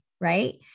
right